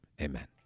amen